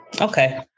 Okay